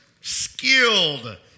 skilled